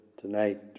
tonight